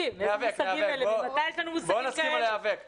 נכריז היום סכסוך עבודה.